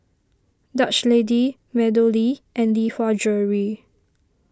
Dutch Lady MeadowLea and Lee Hwa Jewellery